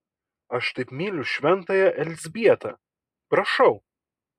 aš taip myliu šventąją elzbietą prašau